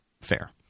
fair